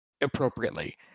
appropriately